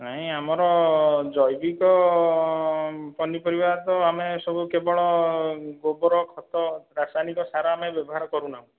ନାହିଁ ଆମର ଜୈବିକ ପାନିପରିବା ତ ଆମେ ସବୁ କେବଳ ଗୋବର ଖତ ରାସାୟନିକ ସାର ଆମେ ବ୍ୟବହାର କରୁନାହୁଁ